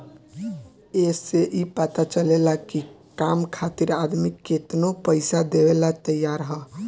ए से ई पता चलेला की काम खातिर आदमी केतनो पइसा देवेला तइयार हअ